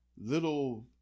Little